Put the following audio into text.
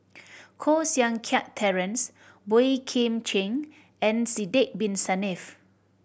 Koh Seng Kiat Terence Boey Kim Cheng and Sidek Bin Saniff